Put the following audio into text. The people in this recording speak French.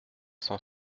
cent